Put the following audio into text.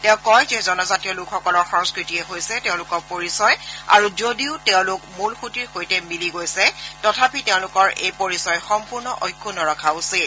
তেওঁ কয় যে জনজাতীয় লোকসকলৰ সংস্কৃতিয়েই হৈছে তেওঁলোকৰ পৰিচয় আৰু যদিও তেওঁলোক মূলসুঁতিৰ সৈতে মিলি গৈছে তথাপি তেওঁলোকৰ এই পৰিচয় সম্পূৰ্ণ অক্ষুণ্ণ ৰখা উচিত